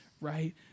right